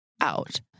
out